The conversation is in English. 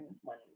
one